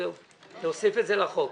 להוסיף את זה לחוק.